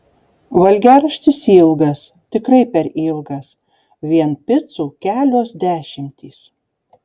valgiaraštis ilgas tikrai per ilgas vien picų kelios dešimtys